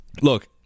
Look